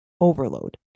overload